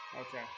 Okay